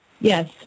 Yes